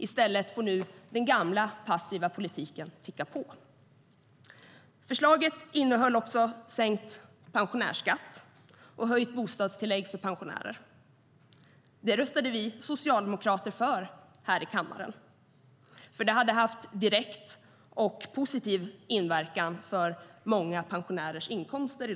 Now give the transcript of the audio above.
I stället får nu den gamla passiva politiken ticka på. Förslaget innehöll också sänkt pensionärsskatt och höjt bostadstillägg för pensionärer. Det röstade vi socialdemokrater för här i kammaren, för det hade haft direkt och positiv inverkan på många pensionärers inkomster.